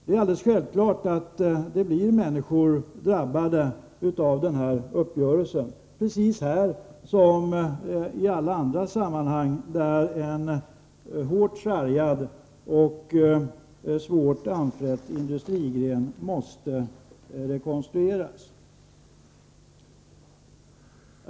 Det är alldeles klart att det finns människor som drabbas av denna uppgörelse, här precis som i alla andra sammanhang där en hårt sargad och svårt anfrätt industrigren måste rekonstrueras.